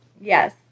Yes